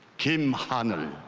kim haneul